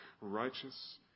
righteous